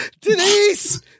Denise